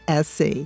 SC